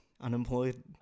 Unemployed